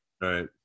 right